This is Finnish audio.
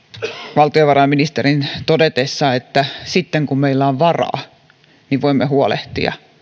valtiovarainministerin todetessa että sitten kun meillä on varaa voimme huolehtia